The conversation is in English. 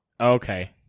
Okay